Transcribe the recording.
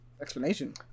Explanation